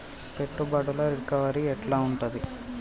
పెట్టుబడుల రికవరీ ఎట్ల ఉంటది?